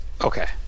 Okay